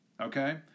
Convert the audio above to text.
Okay